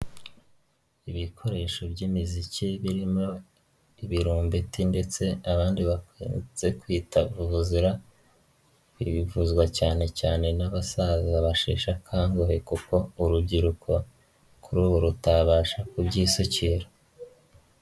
Ibikoresho by'imiziki, birimo ibirombeti ndetse abandi bakunze kwita vuvuzera, ibi bivuzwa cyane cyane n'abasaza basheshe akanguhe kuko urubyiruko, kuri ubu rutabasha kubyisukira.